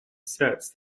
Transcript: sets